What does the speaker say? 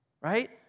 Right